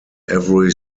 every